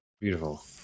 Beautiful